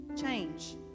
change